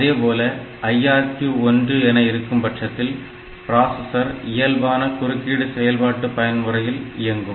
அதேபோல IRQ ஒன்று IRQ1 என இருக்கும்பட்சத்தில் பிராசஸர் இயல்பான குறுக்கீடு செயல்பாடு பயன்முறையில் இயங்கும்